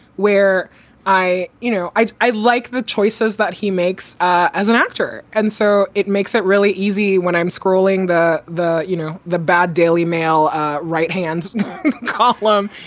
where i, you know, i i like the choices that he makes as an actor. and so it makes it really easy when i'm scrolling the the, you know, the bad daily mail right hand column.